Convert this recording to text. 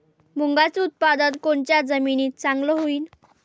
मुंगाचं उत्पादन कोनच्या जमीनीत चांगलं होईन?